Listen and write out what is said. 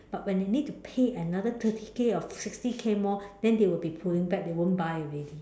but when they need to pay another thirty K or fifty K more then they will be pulling back they won't buy already